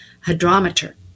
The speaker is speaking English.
hydrometer